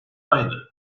aynı